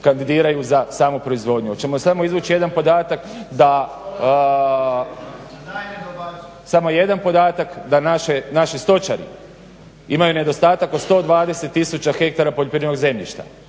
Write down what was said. kandidiraju za samu proizvodnju. Oćemo samo izvući jedan podatak da,…/Upadica se ne čuje./… samo jedan podatak da naši stočari imaju nedostatak od 120 tisuća hektara poljoprivrednog zemljišta.